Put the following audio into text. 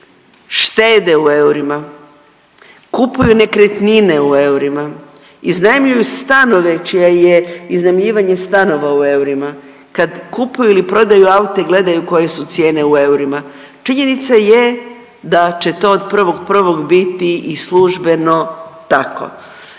štede u eurima, kupuju nekretnine u eurima, iznajmljuju stanove čije je iznajmljivanje stanova u eurima, kad kupuju ili prodaju aute, gledaju koje su cijene u eurima. Činjenica je da će to od 1.1. biti i službeno tako.